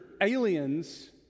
aliens